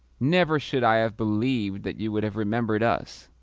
never should i have believed that you would have remembered us!